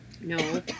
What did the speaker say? No